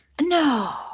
no